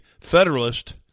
Federalist